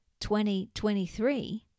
2023